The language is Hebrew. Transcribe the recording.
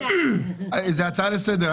זאת הצעה לסדר.